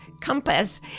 compass